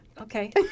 Okay